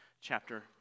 chapter